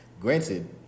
Granted